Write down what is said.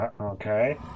Okay